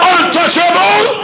Untouchable